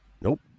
nope